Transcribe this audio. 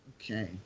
Okay